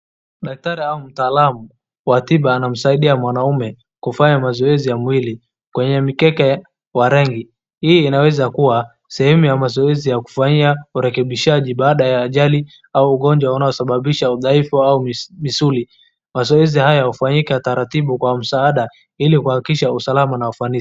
Daktari au mtaalamu wa tiba anamsaidia mwanaume kufanya mazoezi ya mwili kwenye mikeka wa rangi. Hii inaweza kuwa sehemu ya mazoezi ya kufanyia urekebishaji baada ya ajali au ugonjwa unaosababisha udhaifu au misuli. Mazoezi haya hufanyika taratibu kwa msaada ili kuhakikisha usalama na ufanisi.